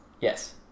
Yes